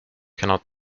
cannot